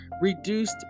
reduced